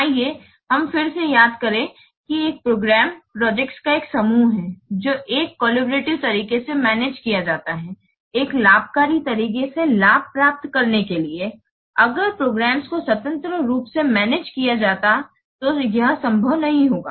आइए हम फिर से याद करें कि एक प्रोग्राम्स प्रोजेक्ट्स का एक समूह है जो एक कलबोरेटिवे तरीके से मैनेज किया जाता है एक लाभकारी तरीके से लाभ प्राप्त करने के लिए अगर प्रोग्राम्स को स्वतंत्र रूप से मैनेज किया जाता तो यह संभव नहीं होगा